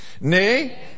Nay